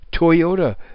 Toyota